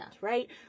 Right